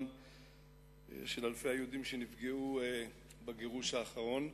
של אלפי היהודים שנפגעו בגירוש האחרון.